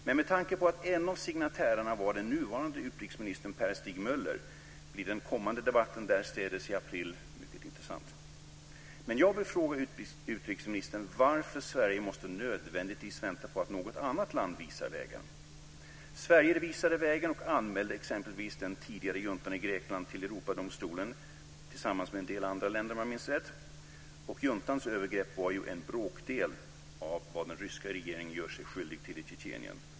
Men med tanke på att en av signatärerna var den nuvarande utrikesministern Per Stig Møller blir den kommande debatten därstädes i april mycket intressant. Jag vill fråga utrikesministern varför Sverige nödvändigtvis måste vänta på att något annat land visar vägen. Sverige visade vägen och anmälde exempelvis den tidigare juntan i Grekland till Europadomstolen tillsammans med en del andra länder, om jag minns rätt. Juntans övergrepp var en bråkdel av de övergrepp den ryska regeringen gör sig skyldig till i Tjetjenien.